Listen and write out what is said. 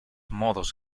modos